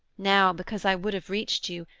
now, because i would have reached you,